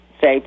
say